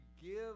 give